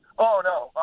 oh, no,